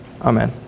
Amen